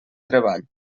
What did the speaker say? treball